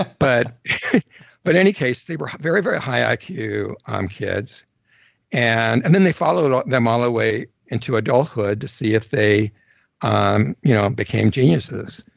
but but any case they were very, very high like iq um kids and and then they followed them all the way into adulthood to see if they um you know became geniuses,